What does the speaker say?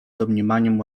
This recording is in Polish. domniemaniom